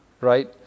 right